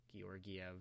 Georgiev